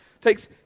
takes